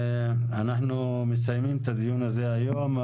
אנחנו מסיימים את הדיון הזה היום.